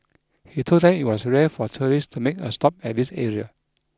he told them it was rare for tourists to make a stop at this area